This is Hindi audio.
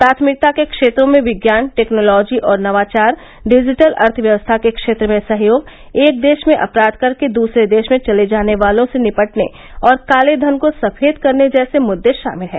प्राथमिकता के क्षेत्रों में विज्ञान टैक्नोलॉजी और नवाचार डिजिटल अर्थव्यवस्था के क्षेत्र में सहयोग एक देश में अपराध करके दसरे देश में चले जाने वालों से निपटने और काले धन को सफेद करने जैसे मुद्दे शामिल हैं